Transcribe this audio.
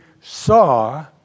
saw